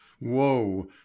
woe